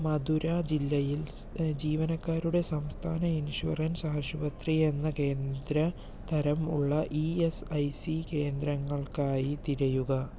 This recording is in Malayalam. മധുര ജില്ലയിൽ ജീവനക്കാരുടെ സംസ്ഥാന ഇൻഷുറൻസ് ആശുപത്രി എന്ന കേന്ദ്ര തരം ഉള്ള ഈ എസ് ഐ സി കേന്ദ്രങ്ങൾക്കായി തിരയുക